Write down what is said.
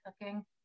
cooking